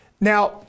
Now